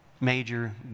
major